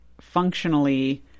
functionally